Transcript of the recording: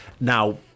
Now